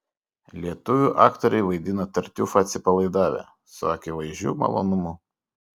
lietuvių aktoriai vaidina tartiufą atsipalaidavę su akivaizdžiu malonumu